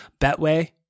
betway